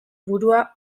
burua